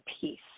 peace